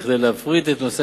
רצוני